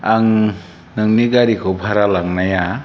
आं नोंनि गारिखौ भारा लांनाया